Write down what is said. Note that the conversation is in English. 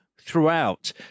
throughout